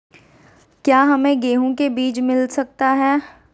क्या हमे गेंहू के बीज मिलता सकता है?